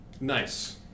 Nice